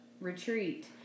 retreat